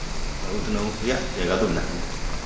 ᱩᱛᱱᱟᱹᱣ ᱨᱮᱭᱟᱜ ᱡᱟᱭᱜᱟ ᱫᱚ ᱢᱮᱱᱟᱜ ᱜᱮᱭᱟ